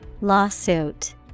Lawsuit